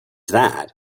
that